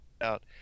out